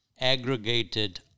aggregated